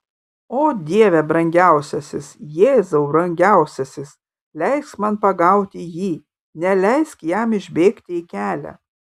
o dieve brangiausiasis jėzau brangiausiasis leisk man pagauti jį neleisk jam išbėgti į kelią